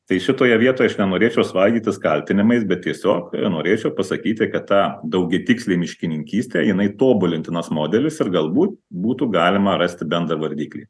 tai šitoje vietoje aš nenorėčiau svaidytis kaltinimais bet tiesiog norėčiau pasakyti kad ta daugiatikslė miškininkystė jinai tobulintinas modelis ir galbūt būtų galima rasti bendrą vardiklį